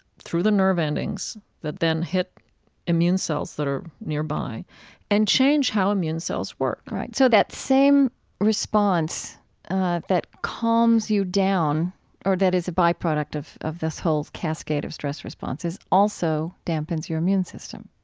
through the nerve endings, that then hit immune cells that are nearby and change how immune cells work so that same response ah that calms you down or that is a byproduct of of this whole cascade of stress response is also dampens your immune system?